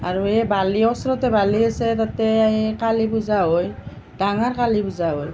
আৰু এই বালি ওচৰতে বালি আছে তাতে কালী পূজা হয় ডাঙৰ কালি পূজা হয়